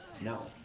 No